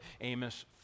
Amos